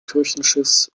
kirchenschiffs